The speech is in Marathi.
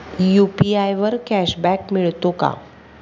यु.पी.आय वर कॅशबॅक मिळतो का?